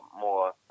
more